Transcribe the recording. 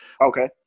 Okay